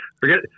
Forget